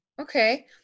Okay